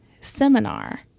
seminar